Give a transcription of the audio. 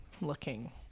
looking